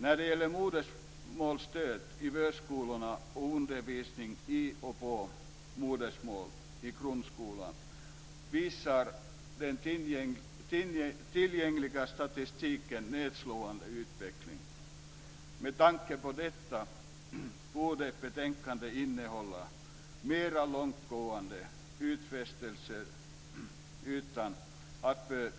När det gäller modersmålsstöd i förskolan och undervisning i och på modersmål i grundskolan visar den tillgängliga statistiken en nedslående utveckling. Med tanke på detta borde betänkandet innehålla mera långtgående utfästelser utan att för